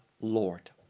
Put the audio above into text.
lord